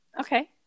Okay